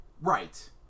Right